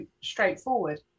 straightforward